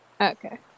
Okay